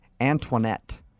Antoinette